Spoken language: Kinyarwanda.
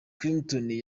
clinton